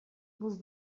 бул